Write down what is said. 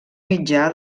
mitjà